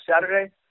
Saturday